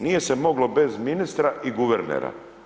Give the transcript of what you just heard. Nije se moglo bez ministra i guvernera.